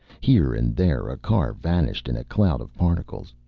here and there a car vanished in a cloud of particles.